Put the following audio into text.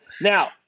Now